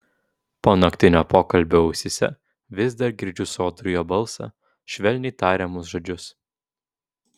po naktinio pokalbio ausyse vis dar girdžiu sodrų jo balsą švelniai tariamus žodžius